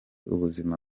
ubuzima